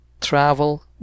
travel